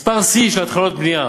מספר שיא של התחלות בנייה.